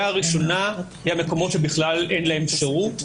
הראשונה היא המקומות שבכלל אין להם שירות.